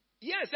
Yes